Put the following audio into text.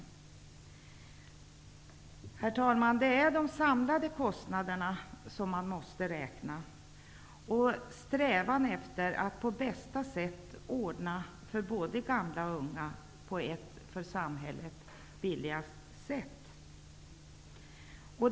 Det är de samlade kostnaderna som måste räknas liksom strävan efter att på bästa sätt ordna för både gamla och unga på det för samhället billigaste sättet.